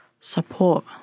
support